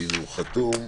הוא חתום.